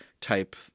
type